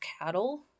cattle